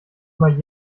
mal